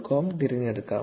com" തിരഞ്ഞെടുക്കാം